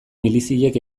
miliziek